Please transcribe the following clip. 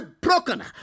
broken